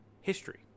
history